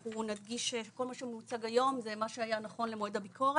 אנחנו נדגיש שכל מה שמוצג היום זה מה שהיה נכון למועד הביקורת,